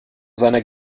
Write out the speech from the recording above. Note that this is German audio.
seiner